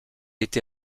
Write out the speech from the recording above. été